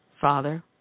father